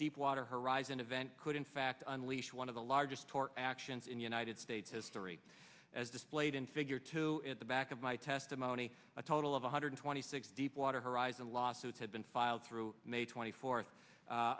deepwater horizon event could in fact unleash one of the largest tort actions in united states history as displayed in figure two at the back of my testimony a total of one hundred twenty six deepwater horizon lawsuits have been filed through may twenty fourth